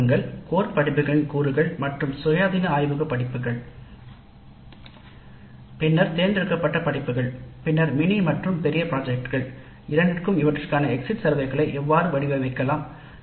ஆய்வகங்கள் கோர் படிப்புகளின் கூறுகள் மற்றும் சுயாதீன ஆய்வகம் படிப்புகள் பின்னர் தேர்ந்தெடுக்கப்பட்ட படிப்புகள் பின்னர் மினி மற்றும் பெரிய திட்டங்கள் இரண்டிற்கும் இவற்றுக்கான எக்ஸிட் சர்வே கணக்கெடுப்புகள் வடிவமைக்கலாம்